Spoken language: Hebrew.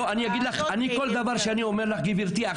אז זה לא מתאים --- כל דבר שאני אומר לך,